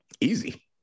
Easy